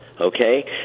okay